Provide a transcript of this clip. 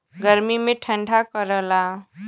गर्मी मे ठंडा करला